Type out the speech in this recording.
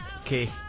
Okay